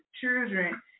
children